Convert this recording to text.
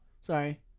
sorry